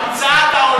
המצאת העולם?